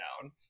down